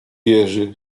jerzy